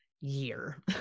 year